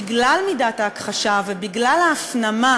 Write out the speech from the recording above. בגלל מידת ההכחשה ובגלל ההפנמה